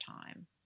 time